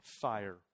fire